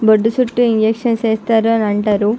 బొడ్డు చుట్టూ ఇంజక్షన్స్ చేస్తారు అని అంటారు